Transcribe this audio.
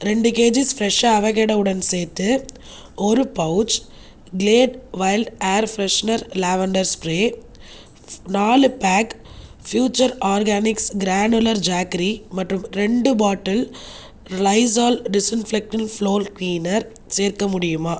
இரண்டு kgs fresh அவகேடோவுடன் சேர்த்து ஒரு pouch Glade wild air freshener lavender spray நான்கு pack future organics granular jaggery மற்றும் இரண்டு bottle Lysol disinfectant floor cleaner சேர்க்க முடியுமா